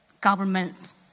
government